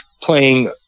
playing